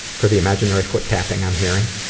for the imaginary foot-tapping i'm hearing.